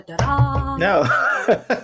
No